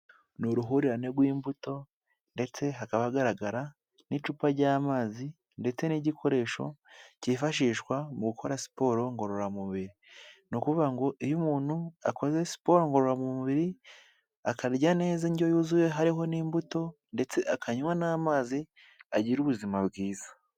Ni uruhurirane rw'imbuto ndetse hakaba hagaragara n'icupa ry'amazi ndetse n'igikoresho cyifashishwa mu gukora siporo ngororamubiri, ni ukuvuga ngo iyo umuntu akoze siporo ngororamubiri akarya neza indyo yuzuye hariho n'imbuto ndetse akanywa n'amazi, agira ubuzima bwiza.